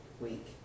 week